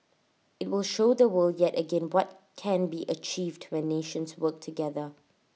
IT will show the world yet again what can be achieved when nations work together